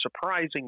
surprising